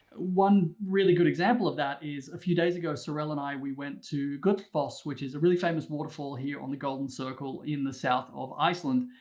one really good example of that is a few days ago, sorel and i, we went to godafoss, which is a really famous waterfall here on the golden circle in the south of iceland,